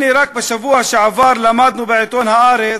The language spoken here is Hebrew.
הנה, רק בשבוע שעבר למדנו בעיתון "הארץ",